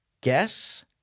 Guess